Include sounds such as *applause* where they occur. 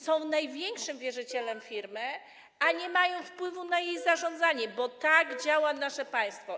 Są największym wierzycielem firmy, *noise* a nie mają wpływu na jej zarządzanie, bo tak działa nasze państwo.